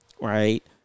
Right